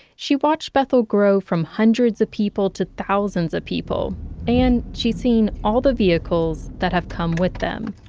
she watched bethel grow from hundreds of people to thousands of people and she's seen all the vehicles that have come with them.